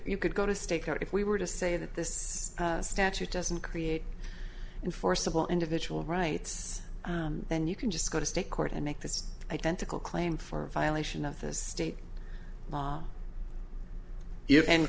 you could go to stakeout if we were to say that this statute doesn't create enforceable individual rights then you can just go to state court and make this identical claim for violation of the state if and